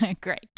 Great